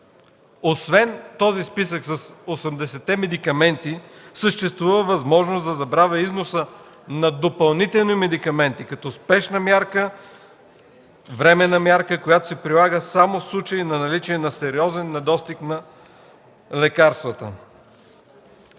Освен списъкът с осемдесетте медикамента съществува възможност за забрана на износа на допълнителни медикаменти, като спешна временна мярка, която се прилага само в случай на наличие на сериозен недостиг на лекарствата.